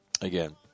again